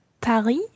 Paris